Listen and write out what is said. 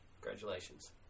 Congratulations